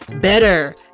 better